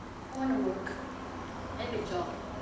I wanna work get a job